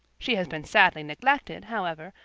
she has been sadly neglected, however,